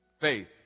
Faith